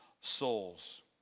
souls